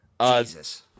Jesus